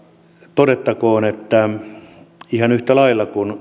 todettakoon että ihan yhtä lailla kuin